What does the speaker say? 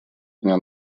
дня